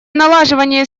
налаживание